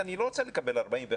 הכוללת לא רק מענה פדגוגי,